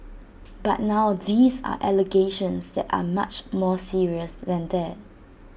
but now these are allegations that are much more serious than that